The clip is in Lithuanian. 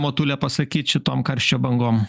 motulė pasakyt šitom karščio bangom